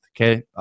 okay